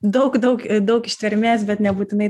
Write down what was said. daug daug daug ištvermės bet nebūtinai